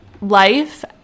Life